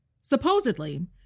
Supposedly